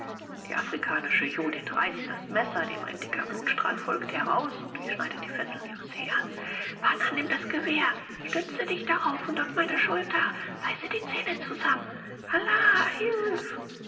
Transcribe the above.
die afrikanische judith reißt das messer dem ein dicker blutstrahl folgt heraus und durchschneidet die fesseln ihres herrn bana nimm das gewehr stütze dich darauf und auf meine schulter beiße die zähne zusammen allah hilf